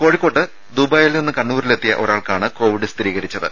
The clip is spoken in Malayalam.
കോഴിക്കോട്ട് ദുബായിയിൽ നിന്ന് കണ്ണൂരിലെത്തിയ ഒരാൾക്കാണ് കോവിഡ് സ്ഥിരീകരിച്ചത്